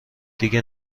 دیگه